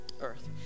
Earth